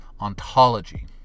ontology